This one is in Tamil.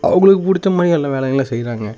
அவங்களுக்கு பிடிச்ச மாதிரி எல்லா வேலைகள்லாம் செய்கிறாங்க